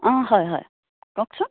অঁ হয় হয় কওকচোন